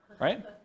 right